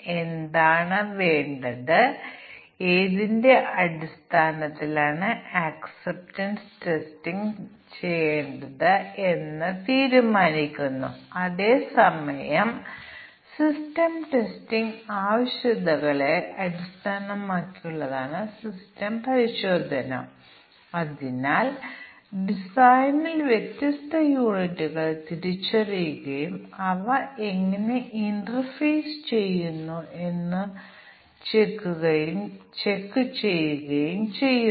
അതിനാൽ മറ്റ് വേരിയബിളുകളുടെ മൂല്യങ്ങൾ കണക്കിലെടുക്കാതെ 2 അല്ലെങ്കിൽ 3 വേരിയബിളുകൾക്ക് മാത്രമേ ചില മൂല്യങ്ങളുള്ളൂ എന്ന അനുമാനം ടെസ്റ്റ് കേസുകളുടെ എണ്ണം കുറയ്ക്കുകയും പരീക്ഷണാത്മകമായി ധാരാളം സോഫ്റ്റ്വെയറുകളിൽ പരീക്ഷിക്കുകയും ചെയ്യുന്നു ഇത് ശരിക്കും ആണെന്ന് കണ്ടെത്തി നമ്മൾ രണ്ടോ അതിലധികമോ കോമ്പിനേഷനുകൾ പരിഗണിക്കുമ്പോൾ മിക്കവാറും എല്ലാ ബഗുകളും കണ്ടെത്താനാകും